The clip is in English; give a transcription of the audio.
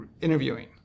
interviewing